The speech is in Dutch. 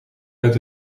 uit